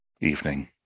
evening